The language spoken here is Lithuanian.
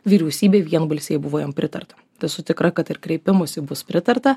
vyriausybė vienbalsiai buvo jam pritarta esu tikra kad ir kreipimusi bus pritarta